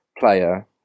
player